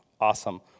Awesome